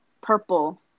purple